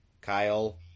Kyle